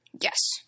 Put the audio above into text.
Yes